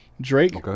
Drake